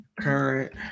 Current